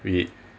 we